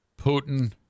Putin